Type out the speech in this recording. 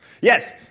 Yes